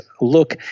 look